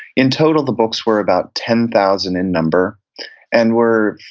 in total, the books were about ten thousand in number and were,